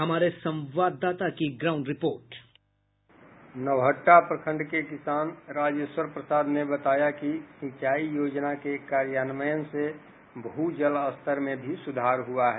हमारे संवाददाता की ग्राउंड रिपोर्ट संवाददाता की रिपोर्ट नौहटटा प्रखंड के किसान राजेश्वर प्रसाद ने बताया कि सिंचाई योजना के कार्यान्वयन से भू जलस्तर में भी सुधार हुआ है